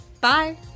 Bye